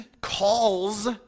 calls